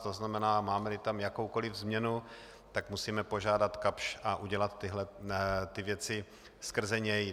To znamená, mámeli tam jakoukoli změnu, tak musíme požádat Kapsch a udělat ty věci skrze něj.